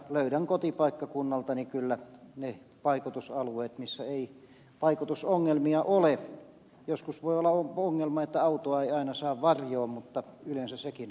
löydän kotipaikkakunnaltani kyllä ne paikoitusalueet missä ei paikoitusongelmia ole joskus voi olla ongelma että autoa ei aina saa varjoon mutta yleensä sekin onnistuu